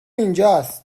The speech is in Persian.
اینجاست